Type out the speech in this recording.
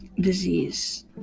disease